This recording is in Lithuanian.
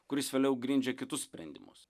kuris vėliau grindžia kitus sprendimus